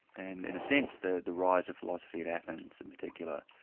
and in a sense, the the rise of philosophy in athens in particular,